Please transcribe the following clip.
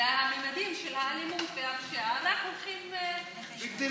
והמדדים של האלימות והפשיעה רק הולכים וגדלים.